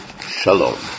Shalom